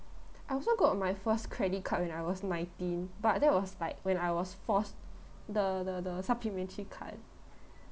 I also got my first credit card when I was nineteen but that was like when I was force the the the supplementary card